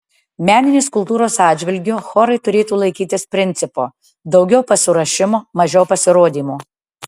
meninės kultūros atžvilgiu chorai turėtų laikytis principo daugiau pasiruošimo mažiau pasirodymų